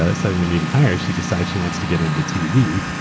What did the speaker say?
ah setting them even higher. she decides she wants to get into tv.